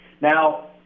Now